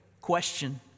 Question